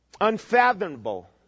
Unfathomable